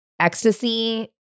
ecstasy